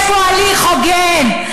ושלישית ואומרת לך: איפה יש פה הליך הוגן?